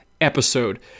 episode